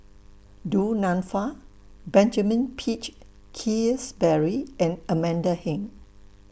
Du Nanfa Benjamin Peach Keasberry and Amanda Heng